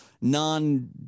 non